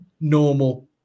normal